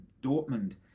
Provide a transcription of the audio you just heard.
Dortmund